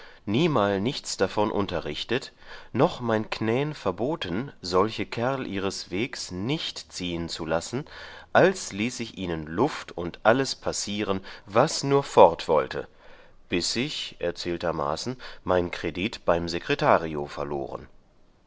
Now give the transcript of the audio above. niemal nichts davon unterrichtet noch mein knän verboten solche kerl ihres wegs nicht ziehen zu lassen als ließ ich ihnen luft und alles passieren was nur fort wollte bis ich erzähltermaßen mein kredit beim secretario verloren